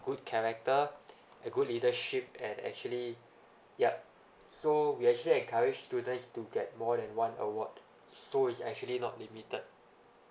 good character good leadership and actually yup so we actually encourage students to get more than one award so it's actually not limited